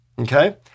okay